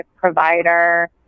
provider